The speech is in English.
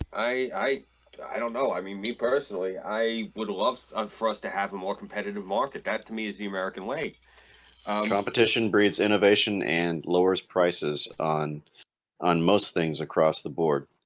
i i i don't know i mean me personally i would love um for us to have a more competitive market that to me is the american way competition breeds innovation and lowers prices on on most things across the board.